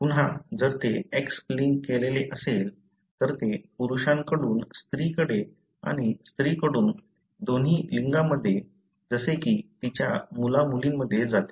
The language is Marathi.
पुन्हा जर ते X लिंक केलेले असेल तर ते पुरुषाकडून स्त्रीकडे आणि स्त्रीकडून दोन्ही लिंगांमध्ये जसे की तिच्या मुला मुलींमध्ये जाते